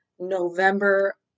November